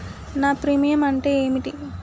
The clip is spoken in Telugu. నా ప్రీమియం అంటే ఏమిటి?